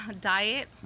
diet